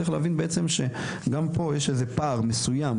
צריך להבין בעצם שגם פה יש איזה פער מסויים,